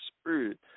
spirit